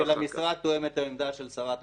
-- האם העמדה של המשרד תואמת את העמדה של שרת המשפטים,